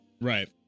Right